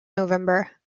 november